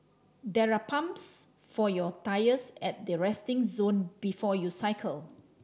there are pumps for your tyres at the resting zone before you cycle